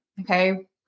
Okay